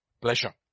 pleasure